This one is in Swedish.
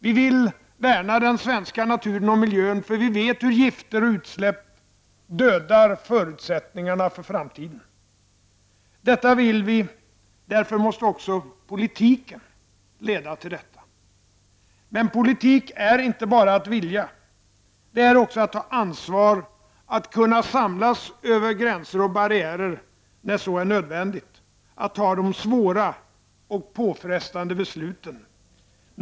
Vi vill värna den svenska naturen och miljön, för vi vet hur gifter och utsläpp dödar förutsättningarna för framtiden. Detta vill vi. Därför måste också politiken leda till detta. Men politik är inte bara att vilja. Det är också att ta ansvar, att kunna samlas över gränser och barriärer när så är nödvändigt, att fatta de svåra och påfrestande besluten.